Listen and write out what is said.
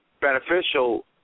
beneficial